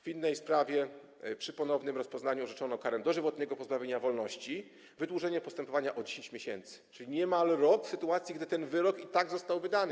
W innej sprawie przy ponownym rozpoznaniu orzeczono karę dożywotniego pozbawienia wolności - wydłużenie postępowania o 10 miesięcy, czyli niemal rok, w sytuacji gdy ten wyrok w efekcie i tak został wydany.